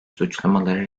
suçlamaları